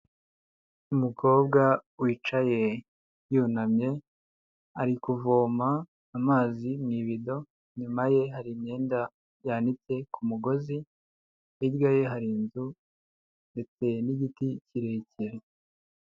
Umukobwa wicaye yunamye ari kuvoma amazi mu ibido, inyuma ye hari imyenda yanitse ku mugozi, hirya ye hari inzu ndetse n'igiti kirekire.